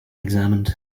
examined